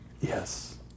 Yes